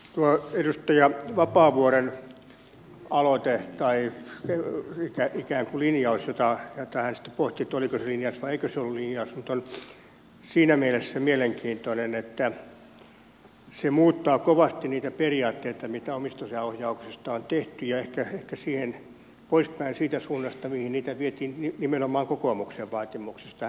tuo ministeri vapaavuoren aloite tai ikään kuin linjaus josta hän vähän sitten pohti oliko se linjaus vai eikö se ollut linjaus on siinä mielessä mielenkiintoinen että se muuttaa kovasti niitä periaatteita mitä omistajaohjauksesta on tehty ja ehkä poispäin siitä suunnasta mihin niitä vietiin nimenomaan kokoomuksen vaatimuksesta